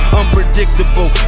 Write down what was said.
unpredictable